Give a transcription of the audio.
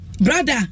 brother